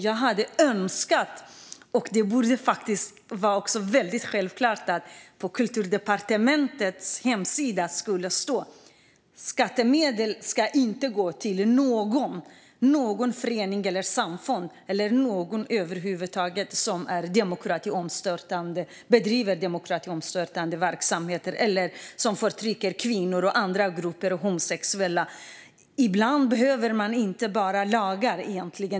Jag hade önskat, och det borde vara självklart, att det på Kulturdepartementets ingångssida stod: Skattemedel ska inte gå till någon förening, något samfund eller någon över huvud taget som bedriver demokratiomstörtande verksamhet eller som förtrycker kvinnor, homosexuella eller andra grupper. Ibland behöver man inte bara lagar.